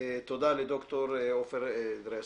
תודה לד"ר עופר דרסלר.